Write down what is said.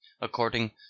according